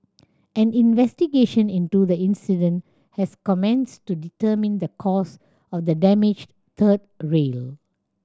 an investigation into the incident has commenceds to determine the cause of the damaged third rail